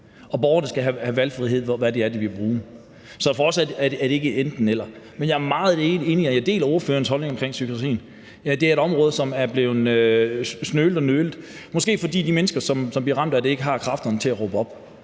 og borgerne skal have valgfrihed, i forhold til hvad det er, de vil bruge. Så for os er det ikke et enten-eller. Men jeg er meget enig, og jeg deler ordførerens holdning omkring psykiatrien. Det er et område, som er blevet snølet og nølet med. Det er måske, fordi de mennesker, som bliver ramt af det, ikke har kræfterne til at råbe op.